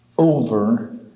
over